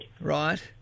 Right